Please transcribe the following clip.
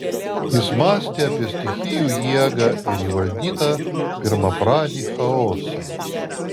jis mąstė apie stichijų jėgą ir įvaldytą pirmapradį chaosą